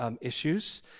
issues